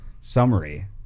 summary